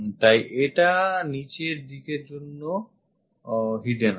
তাই এটা নিচের দিকের জন্য লুকোনো আছে